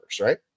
right